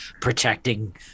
protecting